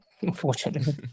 unfortunately